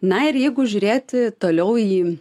na ir jeigu žiūrėti toliau į